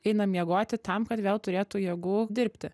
eina miegoti tam kad vėl turėtų jėgų dirbti